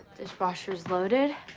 dishwasher's loaded.